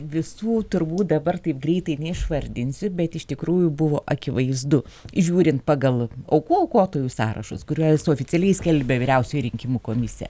visų turbūt dabar taip greitai neišvardinsiu bet iš tikrųjų buvo akivaizdu žiūrint pagal aukų aukotojų sąrašus kurias oficialiai skelbia vyriausioji rinkimų komisija